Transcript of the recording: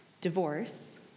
Divorce